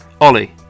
Ollie